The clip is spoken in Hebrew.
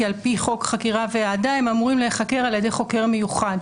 כי על-פי חוק חקירה והעדה הם אמורים להיחקר על ידי חוקר מיוחד.